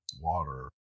water